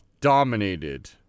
dominated